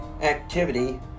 Activity